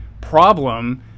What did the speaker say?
problem